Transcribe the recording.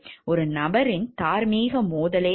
ஒரு நபரின் தார்மீக மோதல்